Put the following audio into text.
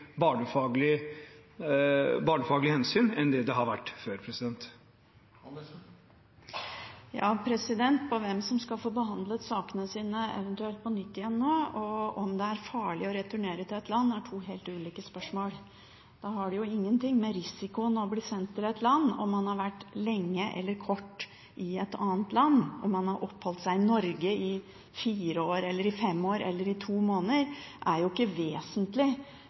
enn det som har vært gjort før. Hvem som eventuelt skal få behandlet sakene sine på nytt nå, og om hvorvidt det er farlig å returnere til et land, er to helt ulike spørsmål. Det har ingen sammenheng med risikoen ved å bli sendt til et land, det om man har vært lang eller kort tid i et annet land. Om man har oppholdt seg i Norge i fire år, i fem år eller i to måneder er ikke vesentlig